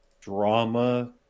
drama